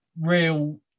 real